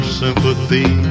sympathy